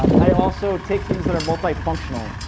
um i also take things that are multi-functional.